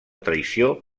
traïció